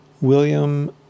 William